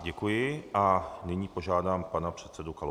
Děkuji a nyní požádám pana předsedu Kalouska.